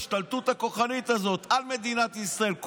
ההשתלטות הכוחנית הזאת על מדינת ישראל,